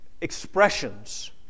expressions